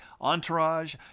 Entourage